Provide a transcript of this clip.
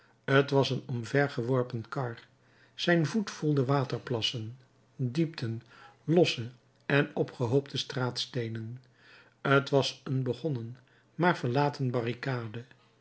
t was een omvergeworpen kar zijn voet voelde waterplassen diepten losse en opgehoopte straatsteenen t was een begonnen maar verlaten barricade